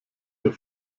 der